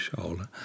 shoulder